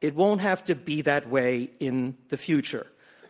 it won't have to be that way in the future